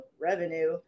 revenue